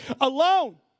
alone